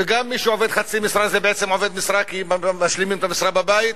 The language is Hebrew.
וגם מי שעובד חצי משרה הוא בעצם עובד משרה כי משלימים את המשרה בבית,